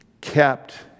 kept